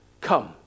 Come